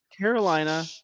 Carolina